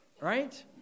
right